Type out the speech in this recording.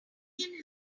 hungry